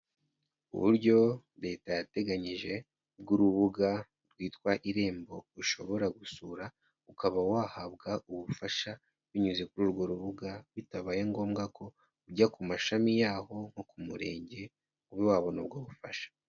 Uburyo leta yateganyije bw'urubuga rwitwa Irembo ushobora gusura ukaba wahabwa ubufasha binyuze kuri urwo rubuga bitabaye ngombwa ko ujya ku mashami yaho nko ku murenge, ube wabona ubwo bufasha.